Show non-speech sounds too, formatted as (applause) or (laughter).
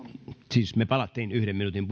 siis me palasimme yhden minuutin (unintelligible)